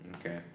Okay